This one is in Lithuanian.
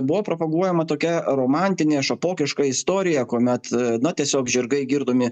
buvo propaguojama tokia romantinė šapokiška istorija kuomet na tiesiog žirgai girdomi